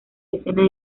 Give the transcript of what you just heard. decenas